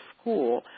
school